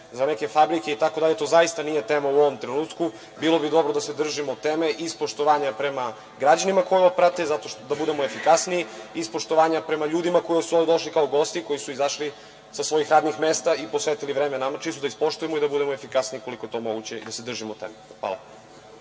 za neke fabrike, itd, ali to zaista nije tema u ovom trenutku. Bilo bi dobro da se držimo teme iz poštovanja prema građanima koji ovo prate, da budemo efikasniji iz poštovanja prema ljudima koji su ovde došli kao gosti, koji su izašli sa svojih radnih mesta i posvetili vreme na, pa čisto da ispoštujemo i da budemo efikasniji i da se držimo teme. Hvala.